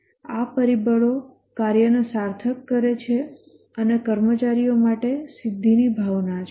આ પરિબળો કાર્યને સાર્થક કરે છે અને કર્મચારીઓ માટે સિદ્ધિની ભાવના છે